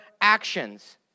actions